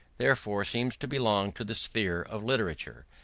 therefore seems to belong to the sphere of literature,